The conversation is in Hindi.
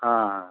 हाँ हाँ